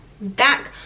back